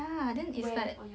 ya then it's like